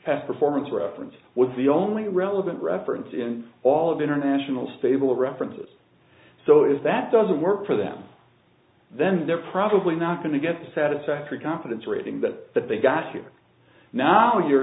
global performance reference was the only relevant reference in all of international stable references so is that doesn't work for them then they're probably not going to get a satisfactory confidence rating that that they've got you now you're